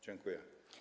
Dziękuję.